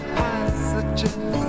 passages